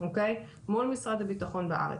מול משרד הבטחון בארץ,